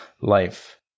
life